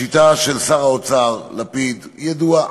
השיטה של שר האוצר לפיד ידועה.